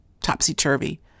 topsy-turvy